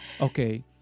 Okay